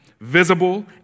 visible